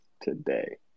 today